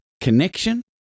connection